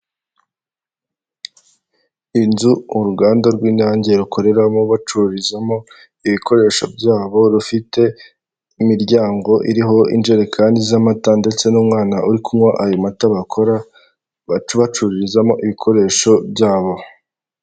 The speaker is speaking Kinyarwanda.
Inyubako nini baragaragaza ko iherereye Kibagabaga Kigali kandi barerekana ko iri kugurishwa amadolari ibihumbi ijana na mirongo itatu na bitanu iki ni ikintu gishyirwa ku nzu cyangwa se gishyirwa ahantu umuntu ari kugurisha agamije ko abantu babona icyo agambiriye cyangwa se bamenya ko niba agiye kugurisha bamenya agaciro , igenagaciro ry'icyo kintu ashaka kugurisha .